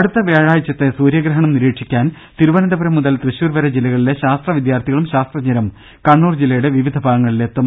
അടുത്ത വ്യാഴാഴ്ചത്തെ സൂര്യഗ്രഹണം നിരീക്ഷിക്കാൻ തിരുവനന്തപുരം മുതൽ തൃശൂർ വരെ ജില്ലകളിലെ ശാസ്ത്ര വിദ്യാർഥികളും ശാസ്ത്രജ്ഞരും കണ്ണൂർ ജില്ലയുടെ വിവിധ ഭാഗങ്ങളിലെത്തും